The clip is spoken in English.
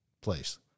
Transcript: place